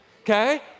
Okay